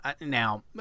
Now